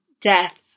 death